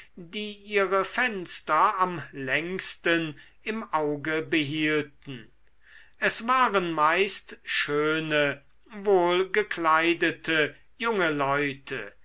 die ihre fenster am längsten im auge behielten es waren meist schöne wohlgekleidete junge leute